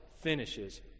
finishes